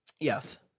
Yes